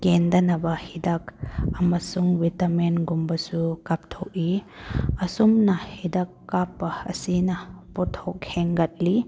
ꯀꯦꯟꯗꯅꯕ ꯍꯤꯗꯥꯛ ꯑꯃꯁꯨꯡ ꯕꯤꯇꯃꯤꯟꯒꯨꯝꯕꯁꯨ ꯀꯥꯞꯊꯣꯛꯏ ꯑꯁꯨꯝꯅ ꯍꯤꯗꯥꯛ ꯀꯥꯞꯄ ꯑꯁꯤꯅ ꯄꯣꯠꯊꯣꯛ ꯍꯦꯟꯒꯠꯂꯤ